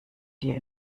dir